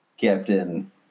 Captain